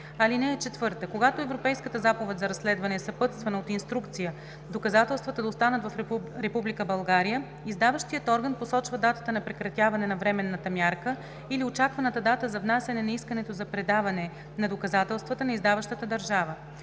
с този закон. (4) Когато Европейската заповед за разследване е съпътствана от инструкция доказателствата да останат в Република България, издаващият орган посочва датата на прекратяване на временната мярка или очакваната дата за внасяне на искането за предаване на доказателствата на издаващата държава.